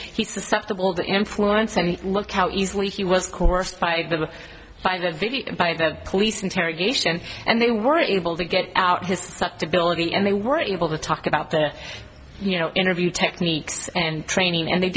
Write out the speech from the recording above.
he susceptible to influence and look how easily he was coerced by the by the video by the police interrogation and they were able to get out his stopped ability and they were able to talk about their you know interview techniques and training and they